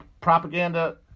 propaganda